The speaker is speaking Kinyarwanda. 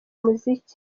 muziki